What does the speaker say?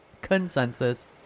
Consensus